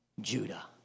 Judah